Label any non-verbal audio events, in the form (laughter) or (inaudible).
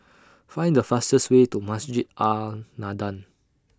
(noise) Find The fastest Way to Masjid An Nahdhah